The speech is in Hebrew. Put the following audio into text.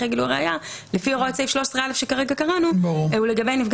גילוי הראיה לפי הוראות סעיף 13א," שכרגע קראנו ולגבי נפגע